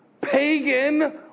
pagan